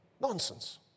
Nonsense